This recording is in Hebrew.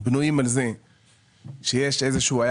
בנויים על זה שיש איזה שהוא,